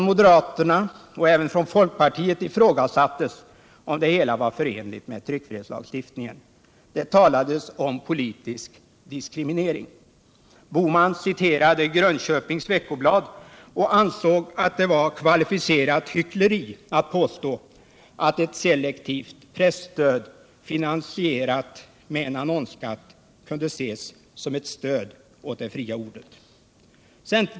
Moderata samlingspartiet och folkpartiet ifrågasatte om det hela var förenligt med tryckfrihetslagstiftningen. Det talades om politisk diskriminering. Bohman citerade Grönköpings Veckoblad och ansåg att det var kvalificerat hyckleri att påstå att ett selektivt presstöd finansierat med en annonsskatt kunde ses som ett stöd åt det fria ordet.